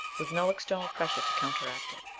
with no external pressure to counteract it.